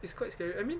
it's quite scary I mean